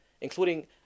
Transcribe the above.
including